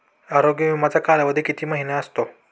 आरोग्य विमाचा कालावधी किती महिने असतो?